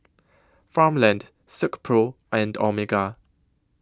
Farmland Silkpro and Omega